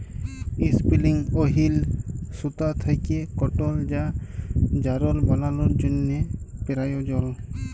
ইসপিলিং ওহিল সুতা থ্যাকে কটল বা যারল বালালোর জ্যনহে পেরায়জল